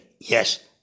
Yes